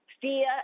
Fear